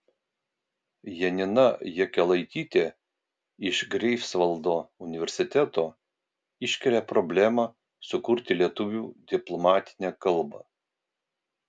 janina jakelaitytė iš greifsvaldo universiteto iškelia problemą sukurti lietuvių diplomatinę kalbą